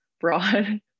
broad